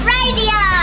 Radio